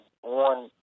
one